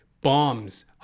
bombs